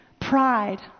pride